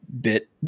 bit